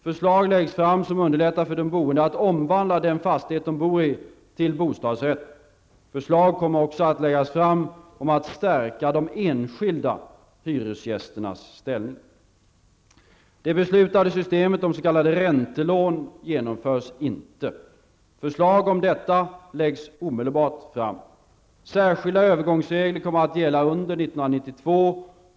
Förslag läggs fram som underlättar för de boende att omvandla den fastighet de bor i till bostadsrätt. Förslag kommer också att läggas fram om att stärka de enskilda hyresgästernas ställning. Det beslutade systemet om så kallade räntelån genomförs inte. Förslag om detta läggs omedelbart fram. Särskilda övergångsregler kommer att gälla under 1992.